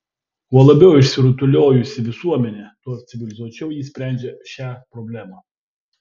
kuo labiau išsirutuliojusi visuomenė tuo civilizuočiau ji sprendžia šią problemą